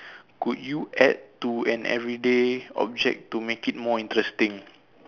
could you add to an everyday object to make it more interesting